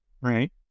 Right